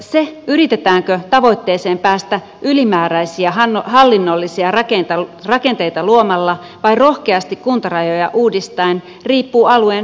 se yritetäänkö tavoitteeseen päästä ylimääräisiä hallinnollisia rakenteita luomalla vai rohkeasti kuntarajoja uudistaen riippuu alueen päättäjistä